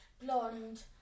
blonde